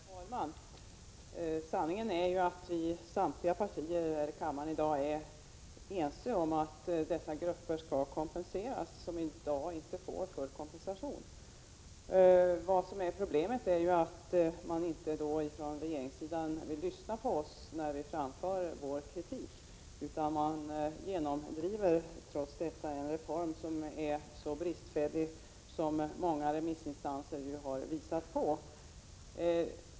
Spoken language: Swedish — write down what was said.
Herr talman! Sanningen är att samtliga partier i kammaren är ense om att de grupper som i dag inte har full kompensation skall få förbättringar. Problemet är att man från regeringssidan inte vill lyssna på oss när vi framför vår kritik, utan man genomdriver trots detta en reform som är bristfällig, vilket många remissinstanser har visat på.